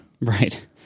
right